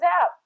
out